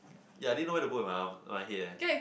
ya I didn't know where to put in my house my head eh